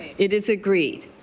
it is agreed.